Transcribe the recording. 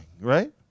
Right